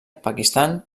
pakistan